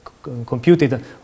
computed